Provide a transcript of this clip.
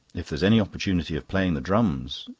if there's any opportunity of playing the drums.